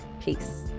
Peace